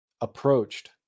approached